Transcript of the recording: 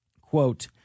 Quote